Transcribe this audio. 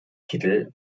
kittel